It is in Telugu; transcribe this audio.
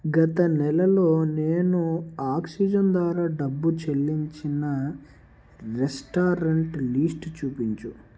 గత నెలలో నేను ఆక్సిజన్ ద్వారా డబ్బు చెల్లించిన రెస్టారంట్ లిస్టు చూపించు